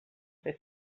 fer